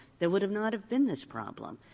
there would have not have been this problem.